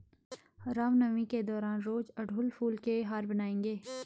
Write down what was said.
रामनवमी के दौरान रोज अड़हुल फूल के हार बनाएंगे